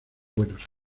buenos